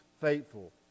faithful